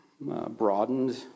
broadened